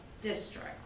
district